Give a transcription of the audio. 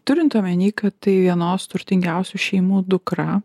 turint omeny kad tai vienos turtingiausių šeimų dukra